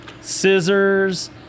scissors